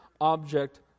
object